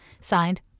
Signed